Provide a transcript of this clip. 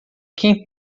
quem